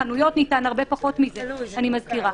לחנויות ניתן הרבה פחות, אני מזכירה.